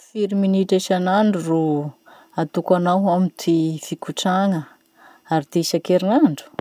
Firy minitra isanandro ro atokanao ho any ty fikotragna? Ary ty isankerignandro?